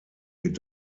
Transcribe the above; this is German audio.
wird